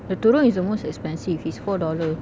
the tudung is the most expensive it's four dollar